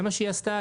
זה מה שהיא עשתה,